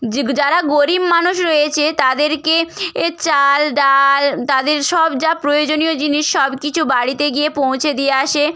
যে গ্ যারা গরিব মানুষ রয়েছে তাদেরকে এ চাল ডাল তাদের সব যা প্রয়োজনীয় জিনিস সব কিছু বাড়িতে গিয়ে পৌঁছে দিয়ে আসে